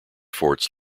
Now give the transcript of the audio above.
forts